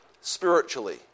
spiritually